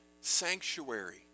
sanctuary